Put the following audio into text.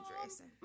dressing